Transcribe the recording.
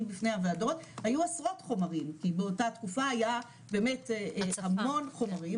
בפני הוועדות היו עשרות חומרים כי באותה תקופה היה באמת המון חומרים,